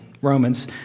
Romans